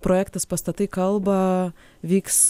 projektas pastatai kalba vyks